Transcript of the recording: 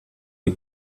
die